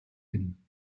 hin